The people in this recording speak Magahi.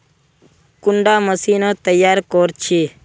कुंडा मशीनोत तैयार कोर छै?